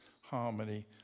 harmony